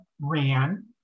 ran